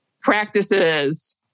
practices